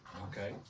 Okay